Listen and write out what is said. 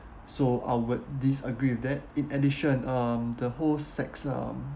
so I would disagree with that in addition um the whole sex um